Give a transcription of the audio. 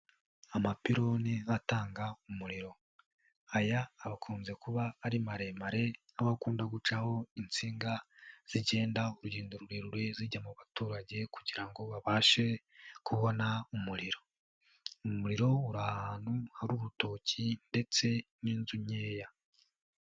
Amapironi atanga umuriro, aya akunze kuba ari maremare, aho akunda gucaho insinga zigenda urugendo rurerure, zijya mu baturage kugira ngo babashe kubona umuriro. Umuriro uri ahantu hari urutoki ndetse n'inzu nkeya.